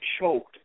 choked